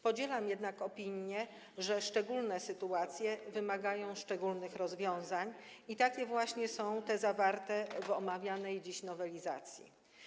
Podzielam jednak opinię, że szczególne sytuacje wymagają szczególnych rozwiązań i takie właśnie są te zawarte w omawianej dziś nowelizacji.